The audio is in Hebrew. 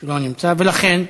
ולכן,